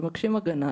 מבקשים הגנה,